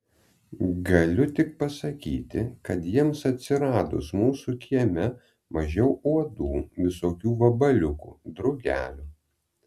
galiu tik pasakyti kad jiems atsiradus mūsų kieme mažiau uodų visokių vabaliukų drugelių